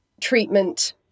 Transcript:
treatment